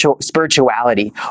spirituality